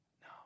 No